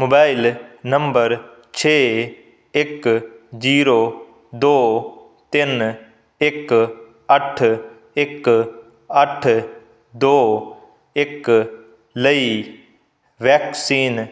mobile number ਛੇ ਇੱਕ zero ਦੋ ਤਿੰਨ ਇੱਕ ਅੱਠ ਇੱਕ ਅੱਠ ਦੋ ਇੱਕ ਲਈ ਵੈਕਸੀਨ